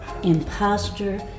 imposter